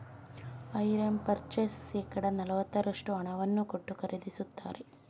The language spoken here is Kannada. ಹೈರ್ ಪರ್ಚೇಸ್ ಶೇಕಡ ನಲವತ್ತರಷ್ಟು ಹಣವನ್ನು ಕೊಟ್ಟು ಖರೀದಿಸುತ್ತಾರೆ